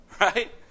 right